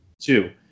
Two